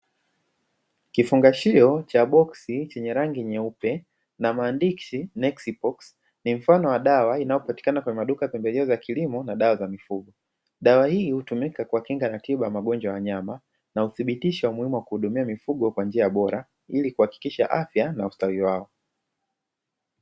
Kifungashio cha boksi chenye rangi nyeupe na maandishi "NEXIPOX", ni mfano wa dawa inayopatikana kwenye maduka ya pembejeo za kilimo na dawa za mifugo. Dawa hii hutumika kuwakinga na tiba ya magonjwa ya wanyama na huthibitisha umuhimu wa kuhudumia mifugo kwa njia bora, ili kuhakikisha afya ubora na ustawi wao.